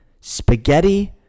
Spaghetti